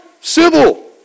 civil